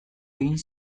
egin